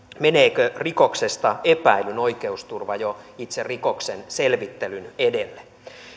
meneekö rikoksesta epäillyn oikeusturva jo itse rikoksen selvittelyn edelle